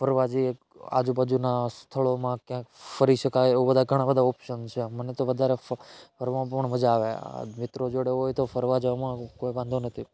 ફરવા જઇએ આજુબાજુનાં સ્થળોમાં ક્યાંક ફરી શકાય એવા ઘણા બધા ઓપ્શન છે મને તો વધારે ફરવામાં પણ મજા આવે આ મિત્રો જોડે હોય તો ફરવા જવામાં કોઈ વાંધો નથી